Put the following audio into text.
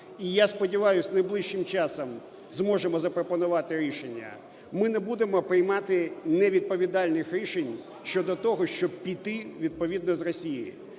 і я сподіваюсь, найближчим часом зможемо запропонувати рішення, ми не будемо приймати невідповідальних рішень щодо того, щоб піти відповідно з Росії.